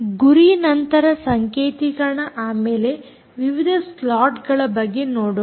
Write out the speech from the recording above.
ಗುರಿ ನಂತರ ಸಂಕೇತಿಕರಣ ಆಮೇಲೆ ವಿವಿಧ ಸ್ಲಾಟ್ಗಳ ಬಗ್ಗೆ ನೋಡೋಣ